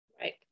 right